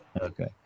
Okay